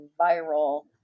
viral